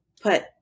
put